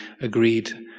agreed